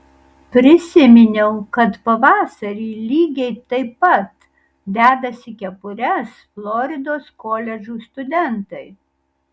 prisiminiau kad pavasarį lygiai taip pat dedasi kepures floridos koledžų studentai